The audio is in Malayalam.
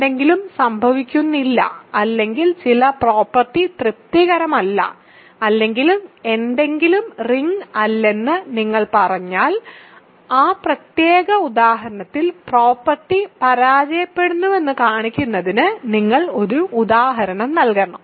എന്തെങ്കിലും സംഭവിക്കുന്നില്ല അല്ലെങ്കിൽ ചില പ്രോപ്പർട്ടി തൃപ്തികരമല്ല അല്ലെങ്കിൽ എന്തെങ്കിലും റിങ് അല്ലെന്ന് നിങ്ങൾ പറഞ്ഞാൽ ആ പ്രത്യേക ഉദാഹരണത്തിൽ പ്രോപ്പർട്ടി പരാജയപ്പെടുന്നുവെന്ന് കാണിക്കുന്നതിന് നിങ്ങൾ ഒരു ഉദാഹരണം നൽകണം